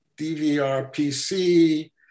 DVRPC